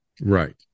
Right